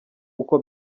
uko